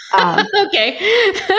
okay